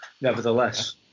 nevertheless